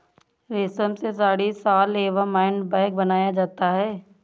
रेश्म से साड़ी, शॉल एंव हैंड बैग बनाया जाता है